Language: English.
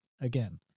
Again